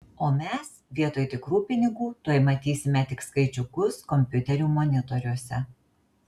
o mes vietoj tikrų pinigų tuoj matysime tik skaičiukus kompiuterių monitoriuose